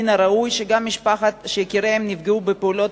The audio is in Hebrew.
מן הראוי שגם משפחות שיקיריהן נפגעו בפעולות